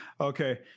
Okay